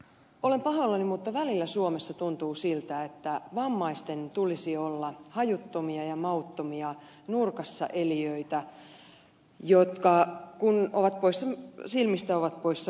olen pahoillani mutta välillä suomessa tuntuu siltä että vammaisten tulisi olla hajuttomia ja mauttomia nurkassa elijöitä jotka kun ovat poissa silmistä ovat poissa mielestä